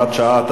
הוראת שעה),